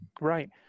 Right